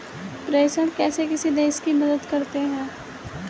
प्रेषण कैसे किसी देश की मदद करते हैं?